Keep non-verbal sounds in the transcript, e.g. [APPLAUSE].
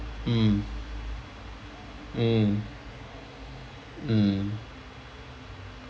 mm mm mm [NOISE]